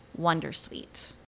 wondersuite